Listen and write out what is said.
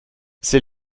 sie